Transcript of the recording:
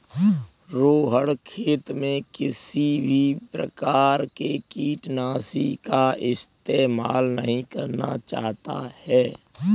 रोहण खेत में किसी भी प्रकार के कीटनाशी का इस्तेमाल नहीं करना चाहता है